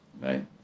right